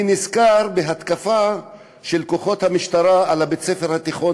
אני נזכר בהתקפה של כוחות המשטרה על בית-הספר התיכון